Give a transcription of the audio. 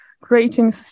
creating